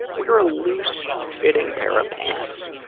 wear a loose-fitting pair of pants.